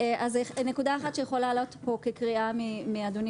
נקודה אחת שיכולה לעלות פה כקריאה מאדוני